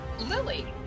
Lily